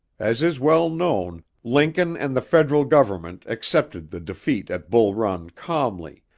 as is well known, lincoln and the federal government accepted the defeat at bull run calmly,